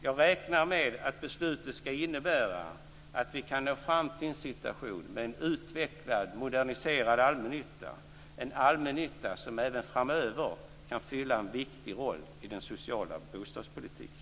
Jag räknar med att beslutet skall innebära att vi kan nå fram till en situation med en utvecklad, moderniserad allmännytta, en allmännytta som även framöver kan fylla en viktig roll i den sociala bostadspolitiken.